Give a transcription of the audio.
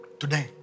today